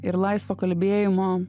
ir laisvo kalbėjimo